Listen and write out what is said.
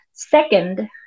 Second